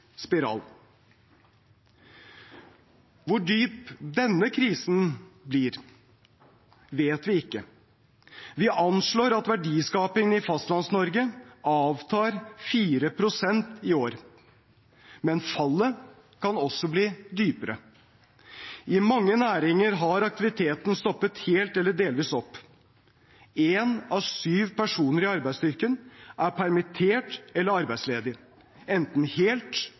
spiral. Hvor dyp denne krisen blir, vet vi ikke. Vi anslår at verdiskapingen i Fastlands-Norge avtar 4 pst. i år, men fallet kan også bli dypere. I mange næringer har aktiviteten stoppet helt eller delvis opp. Én av syv personer i arbeidsstyrken er permittert eller arbeidsledig, enten helt